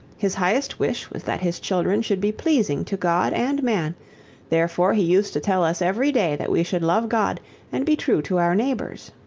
his highest wish was that his children should be pleasing to god and man therefore he used to tell us every day that we should love god and be true to our neighbors.